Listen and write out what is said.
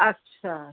اچھا